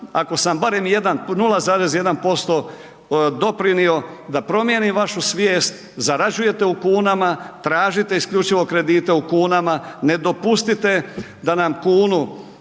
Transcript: ako sam barem 1, 0,1% doprinio da promijenim vašu svijest, zarađujete u kunama, tražite isključivo kredite u kunama, ne dopustite da nam kunu